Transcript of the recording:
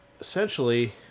essentially